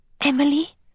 Emily